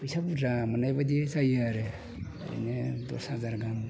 फैसा बुरजा मोननायबादि जायो आरो दस हाजार गाहाम